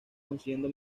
consiguiendo